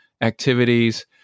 activities